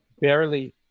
barely